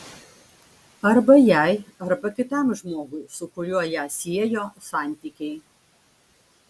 arba jai arba kitam žmogui su kuriuo ją siejo santykiai